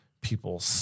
people